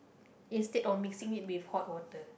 instead of mixing it with hot water